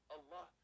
Allah